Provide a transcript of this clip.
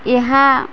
ଏହା